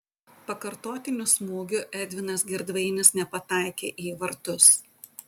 pakartotiniu smūgiu edvinas girdvainis nepataikė į vartus